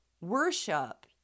worship